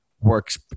works